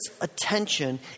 attention